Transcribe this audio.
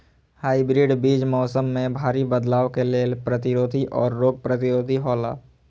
hybrid बीज मौसम में भारी बदलाव के लेल प्रतिरोधी और रोग प्रतिरोधी हौला